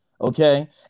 Okay